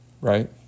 right